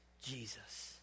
Jesus